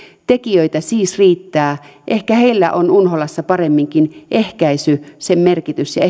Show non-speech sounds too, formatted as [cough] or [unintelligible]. tekijöitä siis riittää ehkä heillä on unholassa paremminkin ehkäisy sen merkitys ja ja [unintelligible]